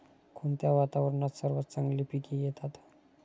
कोणत्या वातावरणात सर्वात चांगली पिके येतात?